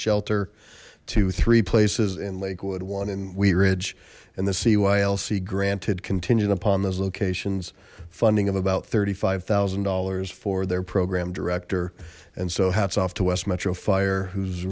shelter to three places in lakewood one and we ridge and the cy lc granted contingent upon those locations funding of about thirty five thousand dollars for their program director and so hats off to west metro fire who